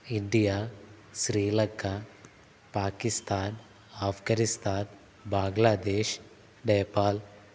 India Sri Lanka Pakistan Afghanistan Bangladesh Nepal